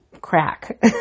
crack